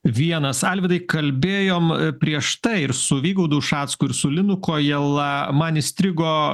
vienas alvydai kalbėjom prieš tai ir su vygaudu ušacku ir su linu kojala man įstrigo